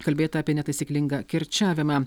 kalbėta apie netaisyklingą kirčiavimą